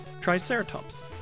Triceratops